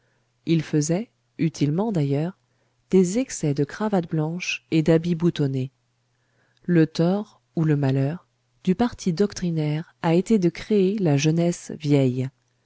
ils faisaient utilement d'ailleurs des excès de cravate blanche et d'habit boutonné le tort ou le malheur du parti doctrinaire a été de créer la jeunesse vieille